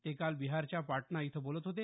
ते काल बिहारच्या पाटणा इथं बोलत होते